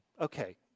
Okay